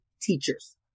teachers